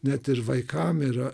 net ir vaikam yra